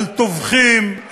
על טובחים,